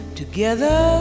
together